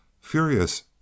furious